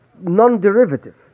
non-derivative